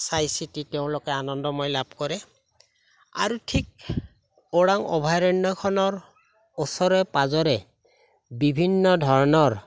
চাই চিটি তেওঁলোকে আনন্দময় লাভ কৰে আৰু ঠিক ওৰাং অভয়াৰণ্যখনৰ ওচৰে পাঁজৰে বিভিন্ন ধৰণৰ